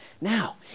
Now